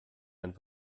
einen